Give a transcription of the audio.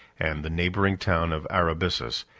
and the neighboring town of arabissus,